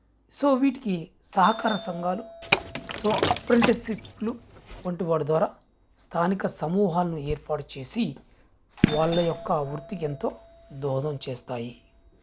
so వీటికి సహకార సంఘాలు సో అప్రెంటిసిప్లు వంటి వారి ద్వారా స్థానిక సమూహాలను ఏర్పాటు చేసి వాళ్ళ యొక్క వృత్తికి ఎంతో దోహదం చేస్తాయి